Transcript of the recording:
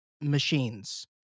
machines